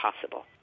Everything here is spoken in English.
possible